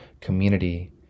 community